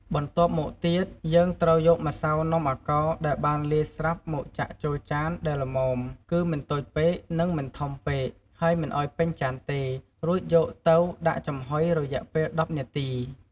បន្ទាប់មកទៀត យើងត្រូវយកម្សៅនំអាកោរដែលបានលាយស្រាប់មកចាក់ចូលចានដែលល្មម គឺមិនតូចពេក និងមិនធំពេក ហើយមិនឱ្យពេញចានទេ រួចយកទៅដាក់ចំហុយរយៈពេល១០នាទី។